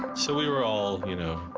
so, we were all, you know,